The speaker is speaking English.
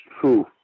true